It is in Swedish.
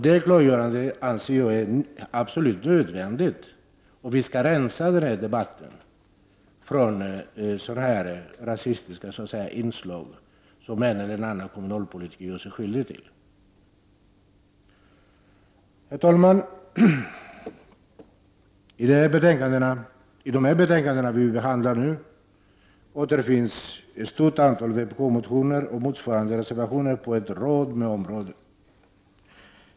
Det klargörandet anser jag vara absolut nödvändigt, om vi skall rensa den här debatten från rasistiska inslag som en eller annan kommunalpolitiker gör sig skyldig till. Herr talman! I de betänkanden vi nu behandlar återfinns ett stort antal vpk-motioner och motsvarande reservationer på en rad områden.